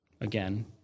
Again